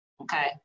okay